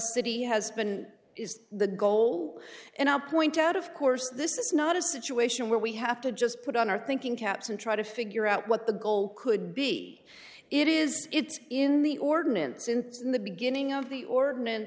city has been is the goal and i'll point out of course this is not a situation where we have to just put on our thinking caps and try to figure out what the goal could be it is it's in the ordinance since the beginning of the ordinance